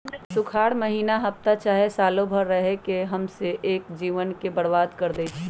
सुखार माहिन्ना हफ्ता चाहे सालों भर रहके हम्मर स के जीवन के बर्बाद कर देई छई